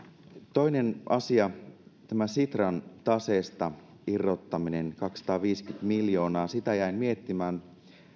toinen asia tämä sitran taseesta irrottaminen kaksisataaviisikymmentä miljoonaa sitä jäin miettimään